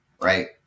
right